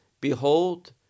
behold